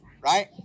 right